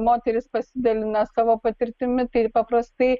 moterys pasidalina savo patirtimi ir paprastai